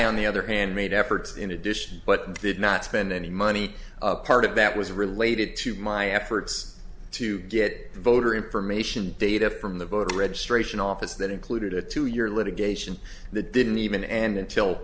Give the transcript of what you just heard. on the other hand made efforts in addition but did not spend any money part of that was related to my efforts to get voter information data from the voter registration office that included a two year litigation the didn't even and until